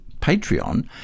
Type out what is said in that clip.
Patreon